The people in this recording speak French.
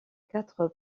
quatre